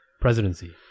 presidency